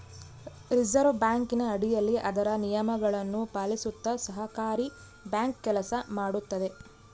reserve ಬ್ಯಾಂಕಿನ ಅಡಿಯಲ್ಲಿ ಅದರ ನಿಯಮಗಳನ್ನು ಪಾಲಿಸುತ್ತ ಸಹಕಾರಿ ಬ್ಯಾಂಕ್ ಕೆಲಸ ಮಾಡುತ್ತದೆ